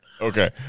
Okay